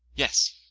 yes,